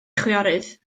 chwiorydd